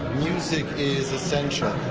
music is essential.